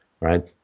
right